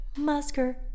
Musker